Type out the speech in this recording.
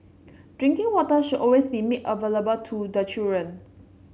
drinking water should always be made available to the children